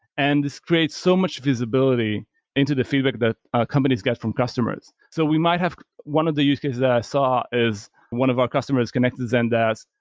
and this creates so much visibility into the feedback that companies get from customers. so we might have one of the use cases that i saw is one of our customers connect to zendesk,